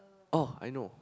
oh I know